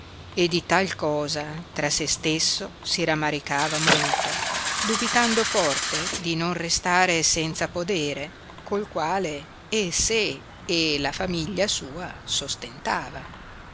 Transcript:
e di tal cosa tra se stesso si ramaricava molto dubitando forte di non restare senza podere col quale e sé e la famiglia sua sostentava